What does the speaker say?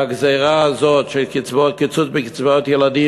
שהגזירה הזאת של קיצוץ בקצבאות ילדים